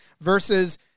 versus